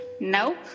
Nope